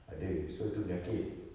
ada so itu penyakit